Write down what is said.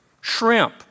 shrimp